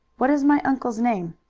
what is my uncle's name?